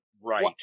right